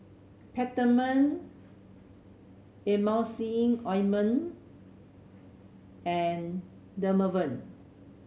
Peptamen Emulsying Ointment and Dermaveen